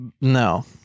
No